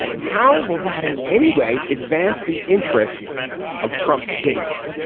how will that in any way advance the interests of trump's base.